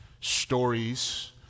stories